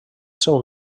seu